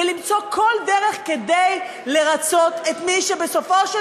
ולמצוא כל דרך לרצות את מי שבסופו של